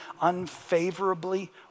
unfavorably